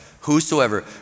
whosoever